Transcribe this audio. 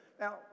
Now